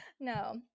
No